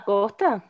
Costa